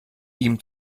ihm